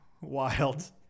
Wild